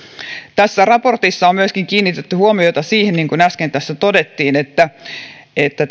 tässä raportissa on kiinnitetty huomiota myöskin siihen niin kuin äsken tässä todettiin että että